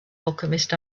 alchemist